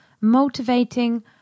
motivating